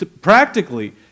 Practically